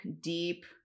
deep